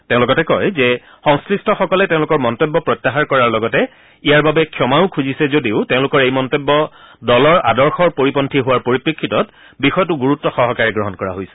তেওঁ লগতে কয় যে সংশ্লিষ্টসকলে তেওঁলোকৰ মন্তব্য প্ৰত্যাহাৰ কৰাৰ লগতে ইয়াৰ বাবে ক্ষমাও খুজিছে যদিও তেওঁলোকৰ এই মন্তব্য দলৰ আদৰ্শৰ পৰিপন্থী হোৱাৰ পৰিপ্ৰেক্ষিতত বিষয়টো গুৰুত্ব সহকাৰে গ্ৰহণ কৰা হৈছে